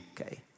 Okay